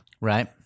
Right